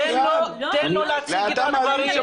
תן לו להציג את הדברים.